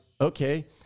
okay